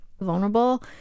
vulnerable